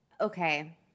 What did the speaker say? Okay